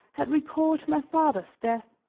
had recalled my father's death